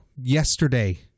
Yesterday